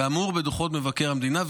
כאמור בדוחות מבקר המדינה,